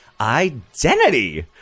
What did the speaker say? identity